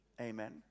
Amen